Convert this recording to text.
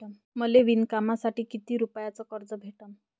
मले विणकामासाठी किती रुपयानं कर्ज भेटन?